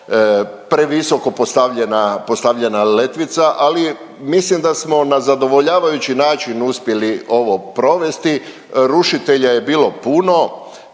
postavljena, postavljena letvica, ali mislim da smo na zadovoljavajući način uspjeli ovo provesti, rušitelja je bilo puno,